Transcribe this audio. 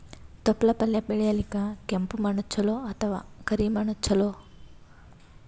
ತೊಪ್ಲಪಲ್ಯ ಬೆಳೆಯಲಿಕ ಕೆಂಪು ಮಣ್ಣು ಚಲೋ ಅಥವ ಕರಿ ಮಣ್ಣು ಚಲೋ?